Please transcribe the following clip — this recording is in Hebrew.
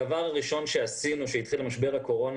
הדבר הראשון שעשינו כשהתחיל משבר הקורונה,